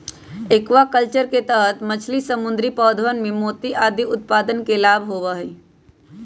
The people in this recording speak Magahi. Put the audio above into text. एक्वाकल्चर के तहद मछली, समुद्री पौधवन एवं मोती आदि उत्पादन के लाभ होबा हई